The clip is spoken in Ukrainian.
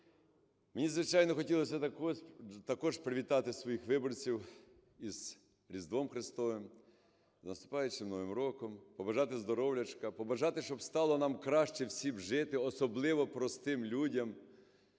Мені, звичайно, хотілося також привітати своїх виборців із Різдвом Христовим, з наступаючим Новим роком, побажати здоров'ячка, побажати, щоб стало нам краще всім жити, особливо простим людям,